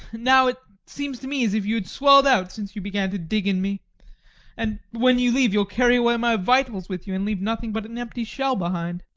now it seems to me as if you had swelled out since you began to dig in me and when you leave, you'll carry away my vitals with you, and leave nothing but an empty shell behind.